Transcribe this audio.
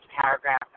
paragraph